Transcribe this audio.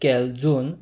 calzone